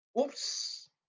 Oops